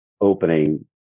opening